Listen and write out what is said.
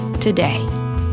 today